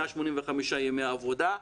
185 ימי עבודה,